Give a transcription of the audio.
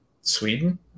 Sweden